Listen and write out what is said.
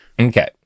Okay